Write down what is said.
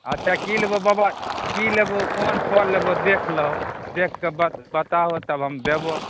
आच्छा की लेबहो बाबा की लेबहो कोन फल लेबहो देख लहो देखके बत बताहो तब देबऽ